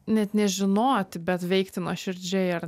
net nežinoti bet veikti nuoširdžiai ar